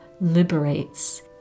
liberates